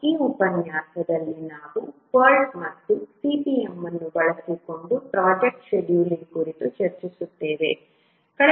ಈ ಉಪನ್ಯಾಸದಲ್ಲಿ ನಾವು PERT ಮತ್ತು CPM ಅನ್ನು ಬಳಸಿಕೊಂಡು ಪ್ರೊಜೆಕ್ಟ್ ಶೆಡ್ಯೂಲಿಂಗ್ ಕುರಿತು ಚರ್ಚಿಸುತ್ತೇವೆ